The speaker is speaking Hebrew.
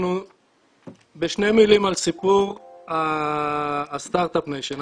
בשתי מילים על סיפור הסטרטאפ ניישן.